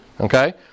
Okay